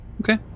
Okay